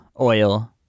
oil